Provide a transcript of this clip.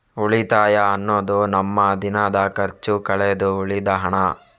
ಉಳಿತಾಯ ಅನ್ನುದು ನಮ್ಮ ದಿನದ ಖರ್ಚು ಕಳೆದು ಉಳಿದ ಹಣ